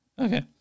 Okay